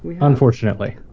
Unfortunately